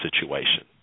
situation